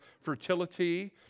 fertility